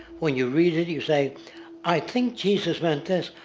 when you read it, you say i think jesus meant this.